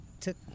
took